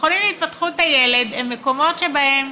מכונים להתפתחות הילד הם מקומות שבהם